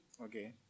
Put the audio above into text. Okay